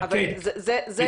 כן, ברור.